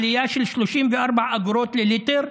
עלייה של 34 אגורות לליטר,